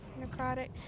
necrotic